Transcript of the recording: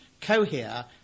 cohere